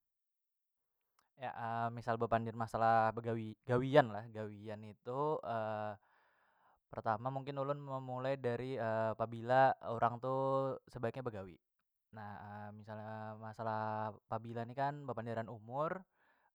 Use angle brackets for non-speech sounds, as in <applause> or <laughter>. <hesitation> misal bepander masalah begawi gawian lah gawian itu <hesitation> pertama mungkin ulun memulai dari <hesitation> pabila urang tu sebaiknya begawi <hesitation> misalnya masalah pabila ni kan bepanderan umur